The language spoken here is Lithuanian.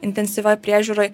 intensyvioj priežiūroj